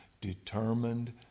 determined